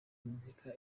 muzika